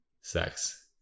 sex